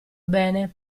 bene